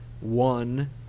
one